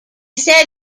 said